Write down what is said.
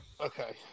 Okay